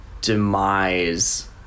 demise